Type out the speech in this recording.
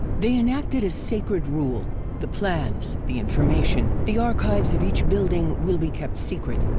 they enacted a sacred rule the plans, the information, the archives of each building will be kept secret,